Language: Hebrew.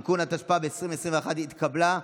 (תיקון), התשפ"ב 2021, נתקבלה.